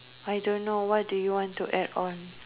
I don't know what do you want to add on